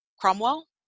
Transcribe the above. Cromwell